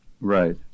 Right